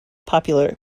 popular